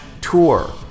tour